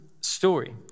story